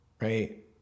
right